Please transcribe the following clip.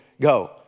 Go